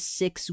six